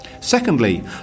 Secondly